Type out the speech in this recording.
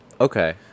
Okay